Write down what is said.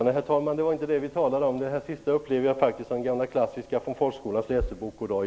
Herr talman! Det var inte det vi talade om. De sista upplever jag faktiskt som det gamla klassiska talesättet från folkskolans läsebok: Goddag